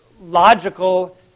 logical